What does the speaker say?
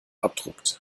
abdruckt